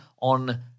on